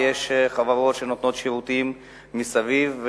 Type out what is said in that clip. יש חברות שנותנות שירותים מסביב,